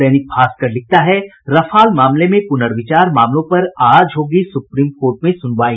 दैनिक भास्कर लिखता है रफाल मामले में पुनर्विचार मामलों पर आज होगी सुप्रीम कोर्ट में सुनवाई